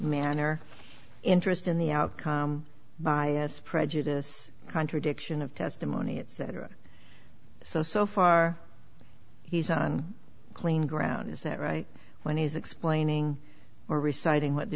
manner interest in the outcome bias prejudice contradiction of testimony etc so so far he's on clean ground is that right when he's explaining or reciting what the